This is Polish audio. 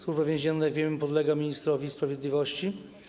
Służba Więzienna, jak wiemy, podlega ministrowi sprawiedliwości.